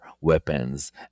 weapons